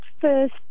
first